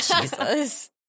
Jesus